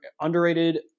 underrated